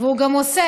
והוא גם עושה,